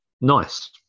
nice